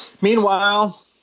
Meanwhile